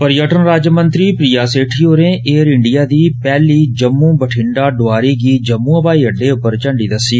पर्यटन राज्यमंत्री प्रिया सेठी होरें एयर इंडिया दी पैह्ली जम्मू बठिंडा डोआरी गी जम्मू हवाई अड्डें पर इांडी दस्सी